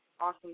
awesome